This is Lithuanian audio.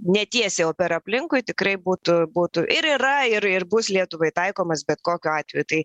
ne tiesiai o per aplinkui tikrai būtų būtų ir yra ir ir bus lietuvai taikomas bet kokiu atveju tai